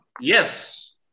Yes